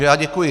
Já děkuji.